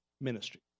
ministry